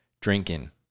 drinking